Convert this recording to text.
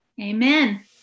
Amen